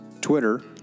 Twitter